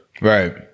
right